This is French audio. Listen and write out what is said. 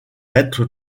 être